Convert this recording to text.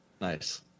nice